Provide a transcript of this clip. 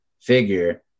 figure